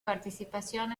participación